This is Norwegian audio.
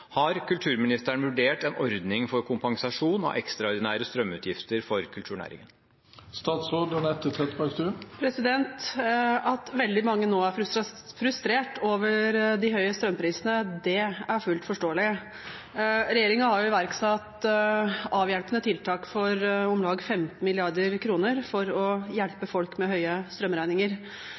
Har statsråden vurdert en ordning for kompensasjon av ekstraordinære strømutgifter for kulturnæringen?» At veldig mange nå er frustrert over de høye strømprisene, er fullt forståelig. Regjeringen har iverksatt avhjelpende tiltak for om lag 15 mrd. kr for å hjelpe folk med høye strømregninger.